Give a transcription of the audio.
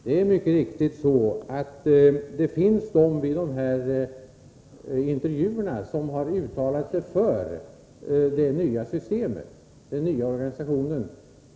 Det är mycket riktigt att några vid de här intervjuerna har uttalat sig för den nya organisationen.